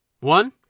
One